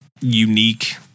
unique